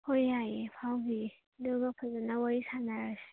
ꯍꯣꯏ ꯌꯥꯏꯌꯦ ꯐꯥꯎꯗꯤꯌꯦ ꯑꯗꯨꯒ ꯐꯖꯅ ꯋꯥꯔꯤ ꯁꯥꯟꯅꯔꯁꯦ